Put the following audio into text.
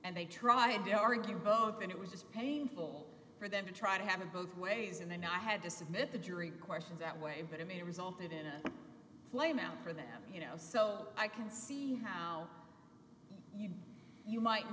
and they tried to argue both and it was just painful for them to try to have it both ways and then i had to submit the jury questions that way but it may have resulted in a flame out for them you know so i can see how you you might